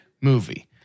movie